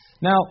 Now